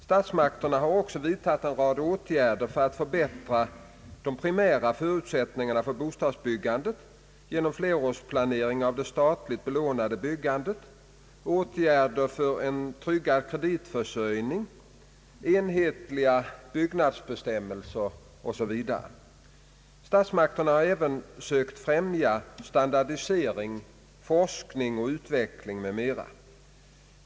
Statsmakterna har också vidtagit en rad åtgärder för att förbättra de primära förutsättningarna för bostadsbyggandet såsom flerårsplanering av det statligt belånade byggandet, åtgärder för en tryggad kreditförsörjning, enhetliga byggnadsbestämmelser o.s.v. Statsmakterna har även sökt främja standardisering, forskning och utveckling m.m.